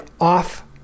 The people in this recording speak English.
off